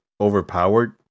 overpowered